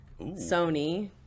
sony